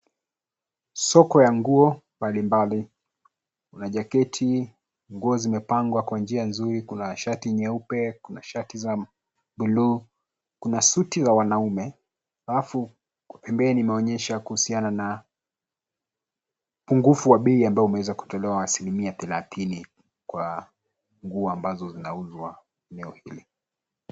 Soko ya nguo mbalimbali. Kuna jaketi, nguo zimepangwa kwa njia nzuri. Kuna shati nyeupe, kuna shati za buluu, kuna suti ya wanaume alafu pembeni imeonyesha kuhusiana na upungufu wa bei ambayo imeweza kutolewa asilimia thelathini kwa nguo ambazo zinauzwa eneo hili.